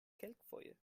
kelkfoje